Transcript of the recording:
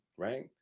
right